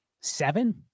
seven